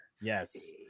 Yes